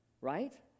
right